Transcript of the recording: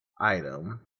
item